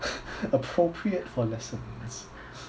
appropriate for lessons